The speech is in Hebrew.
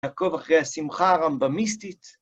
יעקב אחרי השמחה הרמבה מיסטית.